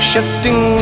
Shifting